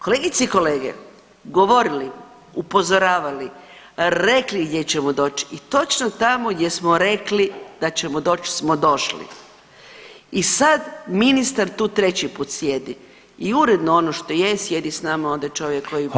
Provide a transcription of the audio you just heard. Kolegice i kolege, govorili, upozoravali, rekli gdje ćemo doći i točno tamo gdje smo rekli da ćemo doć smo došli i sad ministar tu treći put sjedi i uredno ono što je sjedi s nama onda čovjek koji put na